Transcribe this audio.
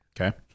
okay